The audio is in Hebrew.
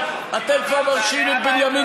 כשהיה מועמד, נכון.